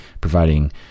providing